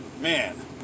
man